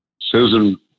Susan